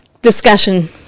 Discussion